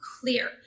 clear